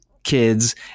kids